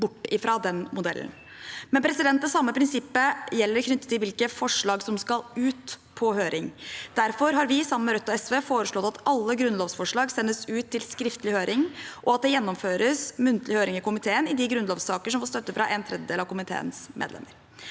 bort fra den modellen. Det samme prinsippet gjelder også for hvilke forslag som skal ut på høring. Derfor har vi, sammen med SV og Rødt, foreslått at alle grunnlovsforslag sendes ut til skriftlig høring, og at det gjennomføres muntlig høring i komiteen i de grunnlovssakene som får støtte fra en tredjedel av komiteens medlemmer.